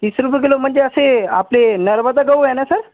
तीस रुपये किलो म्हणजे असे आपले नर्मदा गहू आहे ना सर